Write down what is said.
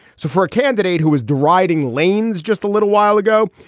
so for a candidate who is deriding laine's just a little while ago,